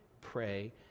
pray